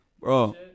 bro